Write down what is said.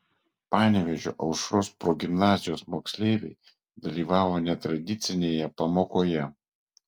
panevėžio aušros progimnazijos moksleiviai dalyvavo netradicinėje pamokoje